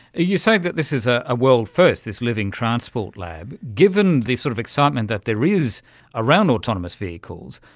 you say that this is a ah world first, this living transport lab. given the sort of excitement that there is around autonomous vehicles,